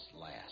last